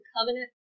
covenant